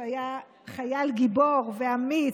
שהיה חייל גיבור ואמיץ,